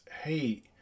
hey